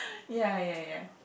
ya ya ya